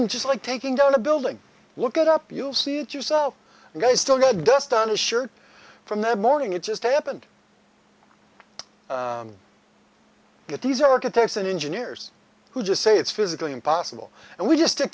no just like taking down a building look it up you'll see it yourself go still get dust on his shirt from that morning it just happened to get these architects and engineers who just say it's physically impossible and we just pick